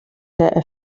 der